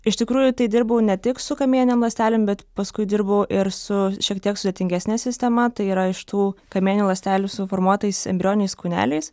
iš tikrųjų tai dirbau ne tik su kamieninėm ląstelėm bet paskui dirbau ir su šiek tiek sudėtingesne sistema tai yra iš tų kamieninių ląstelių suformuotais embrioniniais kūneliais